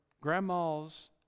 grandma's